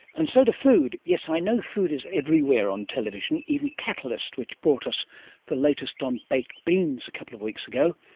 and so to food. yes, i know food is everywhere on television, even catalyst which brought us the latest on baked beans a couple of weeks ago,